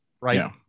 right